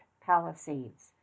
palisades